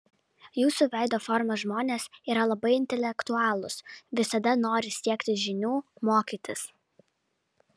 jūsų veido formos žmonės yra labai intelektualūs visada nori siekti žinių mokytis